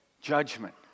judgment